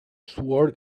sword